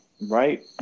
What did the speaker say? Right